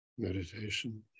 Meditation